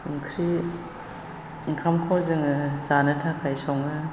ओंख्रि ओंखामखौ जोङो जानो थाखाय सङो